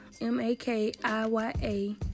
M-A-K-I-Y-A